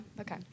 Okay